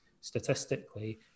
statistically